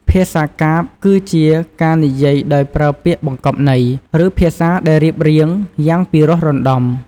ភាសាកាព្យ គឺជាការនិយាយដោយប្រើពាក្យបង្កប់ន័យ ឬភាសាដែលរៀបរៀងយ៉ាងពិរោះរណ្ដំ។